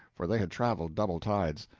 for they had traveled double tides.